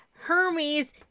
Hermes